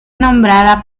nombrada